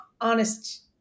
honest